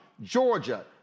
Georgia